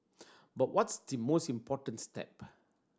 but what's the most important step